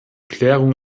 klärung